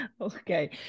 okay